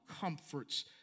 comforts